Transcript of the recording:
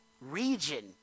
region